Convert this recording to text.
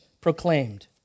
proclaimed